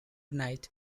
night